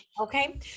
Okay